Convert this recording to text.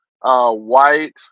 white